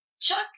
Chuck